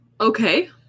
Okay